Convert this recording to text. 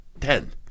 ten